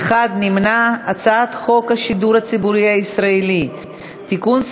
על הצעת חוק השידור הציבורי הישראלי (תיקון,